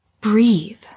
breathe